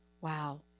Wow